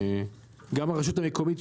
גם הרשות המקומית,